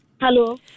Hello